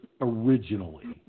originally